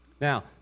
Now